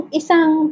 isang